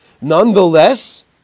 Nonetheless